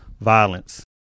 violence